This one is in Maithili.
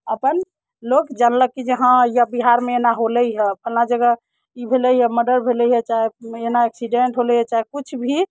अपन लोक जनलक कि जे हँ ये बिहारमे एना होलै हँ फलना जगह ई भेलै हँ मर्डर भेलै हँ चाहे एना एक्सीडेन्ट होलै हँ चाहे किछु भी